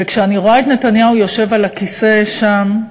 וכשאני רואה את נתניהו יושב על הכיסא שם,